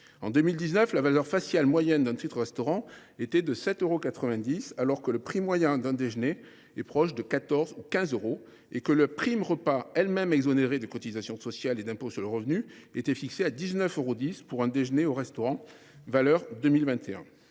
En 2019, la valeur faciale moyenne d’un titre restaurant était de 7,90 euros, alors que le prix moyen d’un déjeuner est proche de 14 ou de 15 euros et que la prime repas, elle même exonérée de cotisations sociales et d’impôt sur le revenu, était fixée à 19,10 euros pour un déjeuner au restaurant, selon la